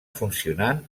funcionant